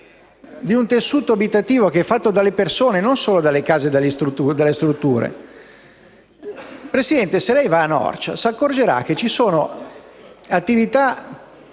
di un tessuto abitativo che è fatto da persone e non solo da case e strutture. Signora Presidente, se lei va a Norcia, si accorgerà che ci sono attività